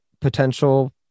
potential